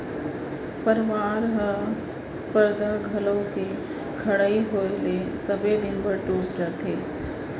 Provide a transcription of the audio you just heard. परवार ह परदा घलौ के खड़इ होय ले सबे दिन बर टूट जाथे